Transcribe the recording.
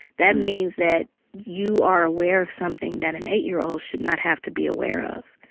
that means that you are aware of something that an eight year old should not have to be aware of.